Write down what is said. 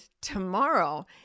tomorrow